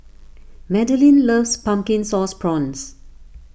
Madalyn loves Pumpkin Sauce Prawns